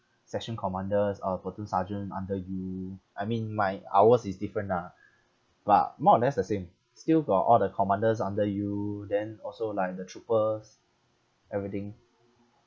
section commanders or the platoon sergeant under you I mean my hours is different ah but more or less the same still got all the commanders under you then also like the troopers everything